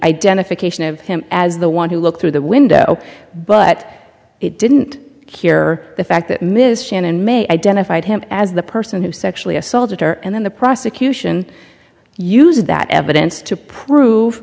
identification of him as the one who looked through the window but it didn't cure the fact that miss shannon may identified him as the person who sexually assaulted her and then the prosecution used that evidence to prove